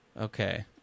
Okay